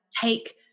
take